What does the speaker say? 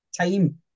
time